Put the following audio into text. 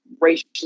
racially